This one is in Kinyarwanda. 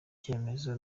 cyemezo